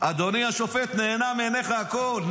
אדוני השופט, נעלם מעיניך הכול.